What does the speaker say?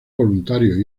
voluntarios